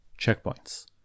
Checkpoints